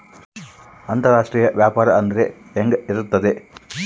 ಅಂತರಾಷ್ಟ್ರೇಯ ವ್ಯಾಪಾರ ಅಂದರೆ ಹೆಂಗೆ ಇರುತ್ತದೆ?